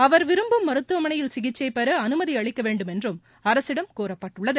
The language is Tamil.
அவர் விரும்பும் மருத்துவமனையில் சிகிச்சை பெற அனுமதி அளிக்கவேண்டும் என்றும் அரசிடம் கோரப்பட்டுள்ளது